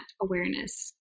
awareness